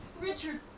Richard